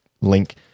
link